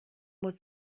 muss